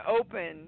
open